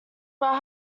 but